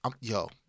yo